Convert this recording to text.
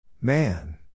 Man